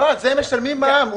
לא על זה משלמים מע"מ.